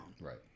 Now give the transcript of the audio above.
Right